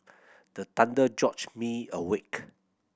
the thunder me awake